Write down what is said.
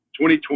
2020